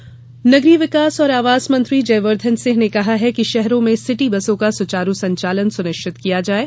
city bus नगरीय विकास और आवास मंत्री जयवर्द्वन सिंह ने कहा है कि शहरों में सिटी बसों का सुचारू संचालन सुनिश्चित किया जाये